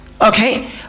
Okay